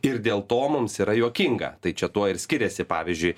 ir dėl to mums yra juokinga tai čia tuo ir skiriasi pavyzdžiui